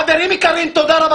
חברים יקרים, תודה רבה.